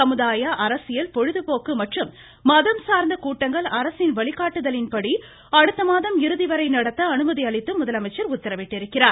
சமுதாய அரசியல் பொழுது போக்கு மற்றும் மதம் சார்ந்த கூட்டங்கள் அரசின் வழிகாட்டுதலின் படி அடுத்த மாதம் இறுதி வரை நடத்த அனுமதி அளித்தும் முதலமைச்சர் உத்தரவிட்டுள்ளார்